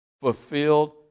fulfilled